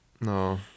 No